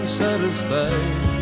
satisfied